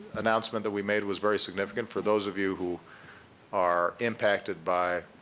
announcement that we made was very significant for those of you who are impacted by